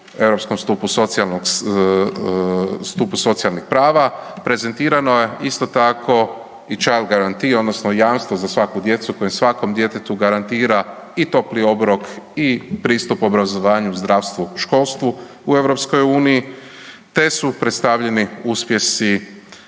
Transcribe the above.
europskom stupu socijalnih prava, prezentirano je isto tako i …/Govornik se ne razumije/… odnosno jamstvo za svaku djecu, koje svakom djetetu garantira i topli obrok i pristup obrazovanju, zdravstvu, školstvu u EU, te su predstavljeni uspjesi